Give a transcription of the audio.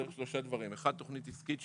צריך שלושה דברים: תוכנית עסקית,